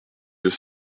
deux